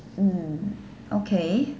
mm okay